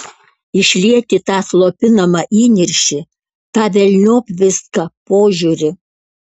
išlieti tą slopinamą įniršį tą velniop viską požiūrį